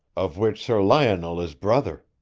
of which sir lionel is brother.